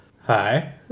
hi